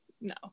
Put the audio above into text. no